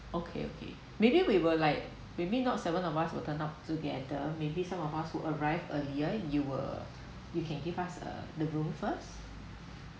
okay okay maybe we will like maybe not seven of us will turn up together maybe some of us who arrived earlier you will you can give us uh the room first